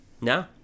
No